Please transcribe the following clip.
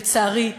לצערי,